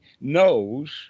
knows